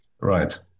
Right